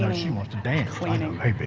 she wants to dance. fiona